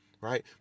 right